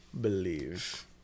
believe